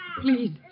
Please